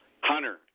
Hunter